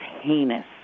heinous